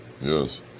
Yes